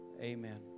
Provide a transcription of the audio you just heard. Amen